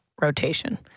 rotation